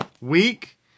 week